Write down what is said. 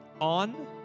on